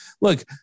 look